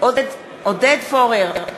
עודד פורר,